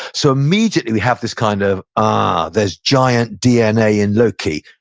so immediately, we have this, kind of ah, there's giant dna in loki.